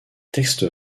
texte